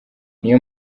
niyo